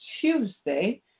Tuesday